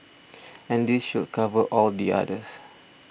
and this should cover all the others